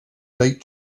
date